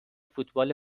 فوتبال